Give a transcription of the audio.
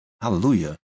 Hallelujah